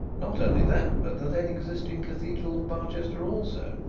not only that, but the then existing cathedral of barchester also,